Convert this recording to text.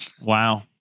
Wow